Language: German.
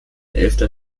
elfter